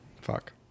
fuck